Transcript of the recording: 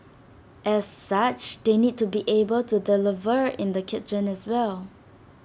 as such they need to be able to deliver in the kitchen as well